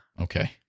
Okay